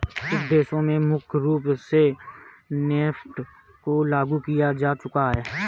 कुछ देशों में मुख्य रूप से नेफ्ट को लागू किया जा चुका है